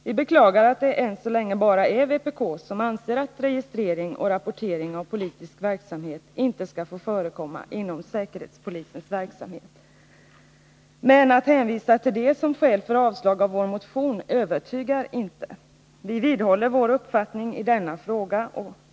Visserligen är det än så länge beklagligtvis bara vpk som anser att registrering och rapportering av politisk verksamhet inte skall få förekomma inom säkerhetspolisens verksamhet — men att hänvisa till detta förhållande som skäl för avslag på vår motion är inte någon övertygande åtgärd. Vi vidhåller vår uppfattning i denna fråga.